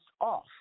off